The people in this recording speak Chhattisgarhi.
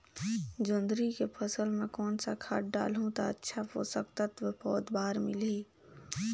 जोंदरी के फसल मां कोन सा खाद डालहु ता अच्छा पोषक तत्व पौध बार मिलही?